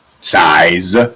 size